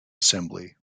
assembly